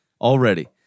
already